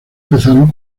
empezaron